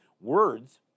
words